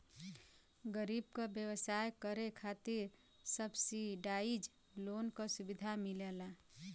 गरीब क व्यवसाय करे खातिर सब्सिडाइज लोन क सुविधा मिलला